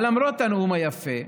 אבל למרות הנאום היפה,